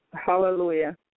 Hallelujah